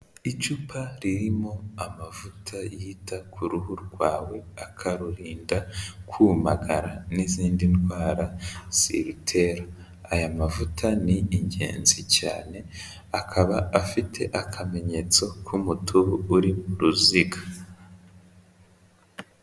Icupa ririmo amavuta yita ku ruhu rwawe akarurinda kumagara n'izindi ndwara zirutera, aya mavuta ni ingenzi cyane akaba afite akamenyetso k'umuti ubu uri mu ruziga.